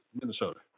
Minnesota